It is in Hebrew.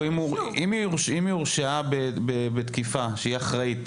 אם היא הורשעה בתקיפה שהיא אחראית,